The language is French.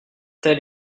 tel